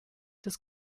des